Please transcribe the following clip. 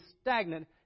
stagnant